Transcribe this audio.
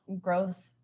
growth